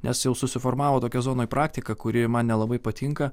nes jau susiformavo tokia zonoj praktika kuri man nelabai patinka